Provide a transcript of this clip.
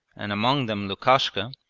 and among them lukashka,